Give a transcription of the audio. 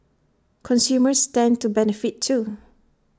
consumers stand to benefit too